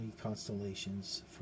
constellations